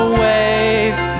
waves